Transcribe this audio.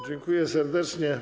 Dziękuję serdecznie.